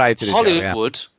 Hollywood